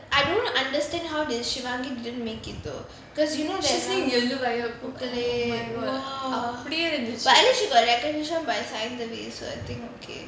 I don't understand how did shivangi didn't make it though because you know there's some எள்ளுவய பூக்கலயே:elluvaya pookalayae !wah! at least she got recognition by sainthavi [what] I think okay